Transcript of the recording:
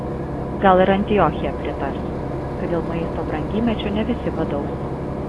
gal ir antiochija pritars kad dėl maisto brangymečio ne visi badaus